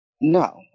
No